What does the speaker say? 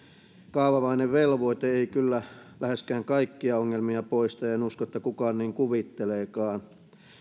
kaavamainen velvoite ei kyllä läheskään kaikkia ongelmia poista en usko että kukaan niin kuvitteleekaan ja